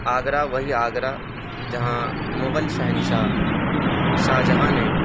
آگرہ وہی آگرہ جہاں مغل شہنشاہ شاہجہاں نے